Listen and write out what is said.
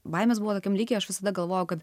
baimės buvo tokiam lygyje aš visada galvojau kad